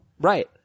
right